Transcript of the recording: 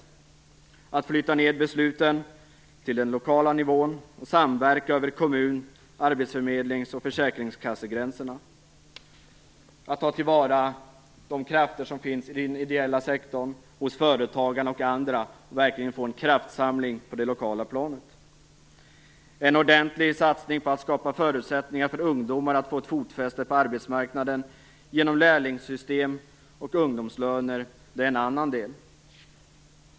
Det handlar om att flytta ned besluten till den lokala nivån och samverka över kommun-, arbetsförmedlings och försäkringskassegränserna, att ta till vara de krafter som finns i den ideella sektorn, hos företagare och andra, och verkligen få en kraftsamling på det lokala planet. En ordentlig satsning på att skapa förutsättningar för ungdomar att få fotfäste på arbetsmarknaden, genom lärlingssystem och ungdomslöner, är en annan del.